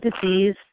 disease